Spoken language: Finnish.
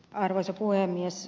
arvoisa puhemies